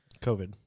COVID